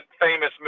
famous